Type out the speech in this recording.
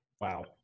Wow